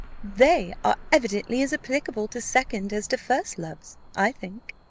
they are evidently as applicable to second as to first loves, i think.